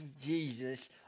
Jesus